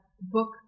book